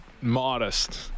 modest